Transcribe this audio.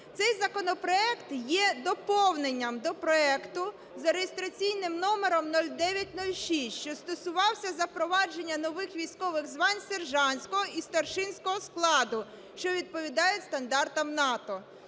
Цей законопроект є доповненням до проекту за реєстраційним номером 0906, що стосувався запровадження нових військових звань сержантського і старшинського складу, що відповідає стандартам НАТО.